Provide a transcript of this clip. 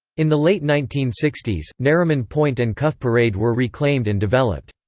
in the late nineteen sixty s, nariman point and cuffe parade were reclaimed and developed.